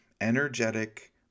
energetic